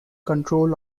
control